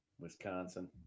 Wisconsin